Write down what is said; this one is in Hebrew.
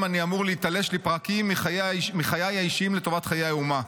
אני אמור להיתלש לפרקים מחיי האישיים לטובת חיי האומה.